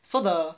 so the